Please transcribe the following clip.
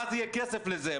ואז יהיה כסף לזה,